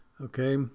okay